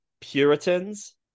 puritans